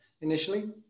initially